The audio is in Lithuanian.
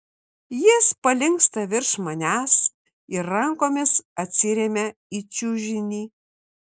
jis palinksta virš manęs ir rankomis atsiremia į čiužinį